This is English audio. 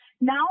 Now